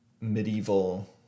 medieval